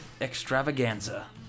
extravaganza